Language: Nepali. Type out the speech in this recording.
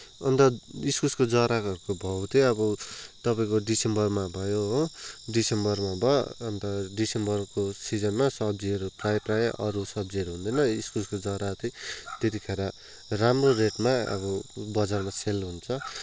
अन्त इस्कुसको जराहरूको भाउ चाहिँ अब तपाईँको दिसम्बरमा भयो हो दिसम्बरमा भयो अन्त दिसम्बरको सिजनमा सब्जीहरू प्राय प्राय अरू सब्जीहरू हुँदैन इस्कुसको जरा चाहिँ त्यतिखेर राम्रो रेटमा अब बजारमा सेल हुन्छ